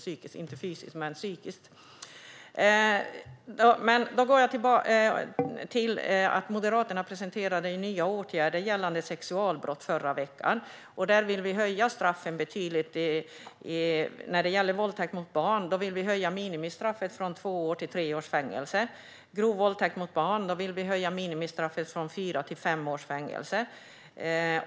Jag går tillbaka till att Moderaterna förra veckan presenterade nya åtgärder gällande sexualbrott. Vi vill höja straffen betydligt. När det gäller våldtäkt mot barn vill vi höja minimistraffet från två års fängelse till tre års fängelse. För grov våldtäkt mot barn vill vi höja minimistraffet från fyra till fem års fängelse.